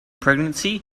pregnancy